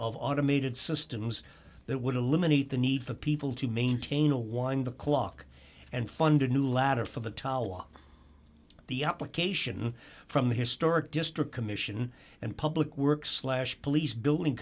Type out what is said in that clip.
of automated systems that would eliminate the need for people to maintain a wind the clock and funded new ladder for the talaga the application from the historic district commission and public works slash police billing